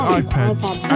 iPad